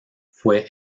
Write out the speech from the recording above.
fue